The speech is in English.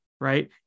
right